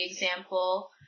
example